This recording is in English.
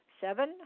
seven